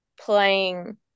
playing